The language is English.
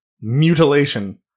Mutilation